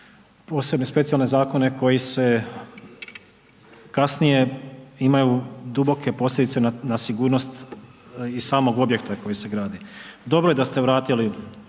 posebne, specijalne zakone koji kasnije imaju duboke posljedice na sigurnost i samog objekta koji se gradi. Dobro je da ste vratili,